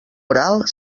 oral